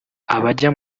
abajya